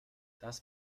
das